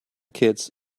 kits